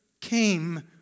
came